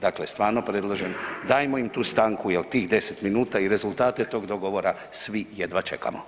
Dakle stvarno predlažem, dajmo im tu stanku jer tih 10 minuta i rezultate tog dogovora svi jedva čekamo.